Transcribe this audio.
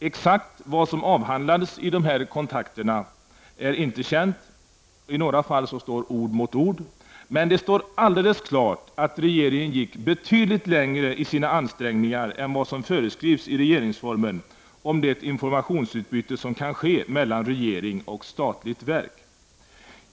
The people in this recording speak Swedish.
Exakt vad som avhandlades i de här kontakterna är inte känt, och i några fall står ord mot ord. Men det står alldeles klart att regeringen gick betydligt längre i sina ansträngningar än vad som föreskrivs i regeringsformen om det informationsutbyte som kan ske mellan regering och statligt verk.